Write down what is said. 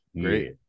great